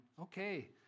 okay